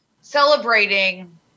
celebrating